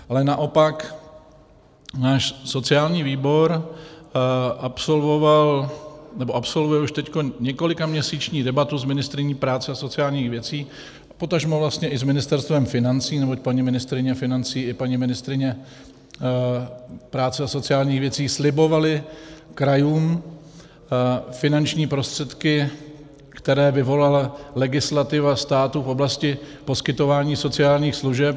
Ale naopak náš sociální výbor absolvuje několikaměsíční debatu s ministryní práce a sociálních věcí, potažmo vlastně i s Ministerstvem financí, neboť paní ministryně financí i paní ministryně práce a sociálních věcí slibovaly krajům finanční prostředky, které vyvolala legislativa státu v oblasti poskytování sociálních služeb.